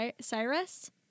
Cyrus